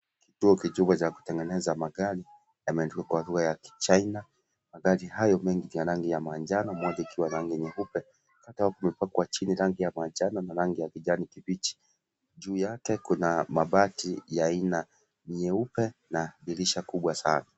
Kituo chumba cha kutengeneza magari kimeandikwa kwa lugha ya kichina. Magari hayo mengi ni ya rangi manjano, moja ikiwa ni ya rangi nyeupe, kituo kumepakwa chini rangi ya manjano na rangi ya kijani kibichi. Juu yake kuna mabati ya aina nyeupe na dirisha kubwa sana.